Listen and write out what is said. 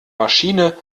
maschine